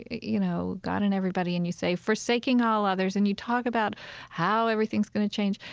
you know, god and everybody and you say, forsaking all others, and you talk about how everything's going to change.